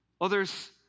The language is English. Others